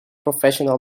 professional